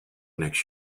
next